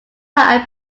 have